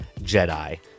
Jedi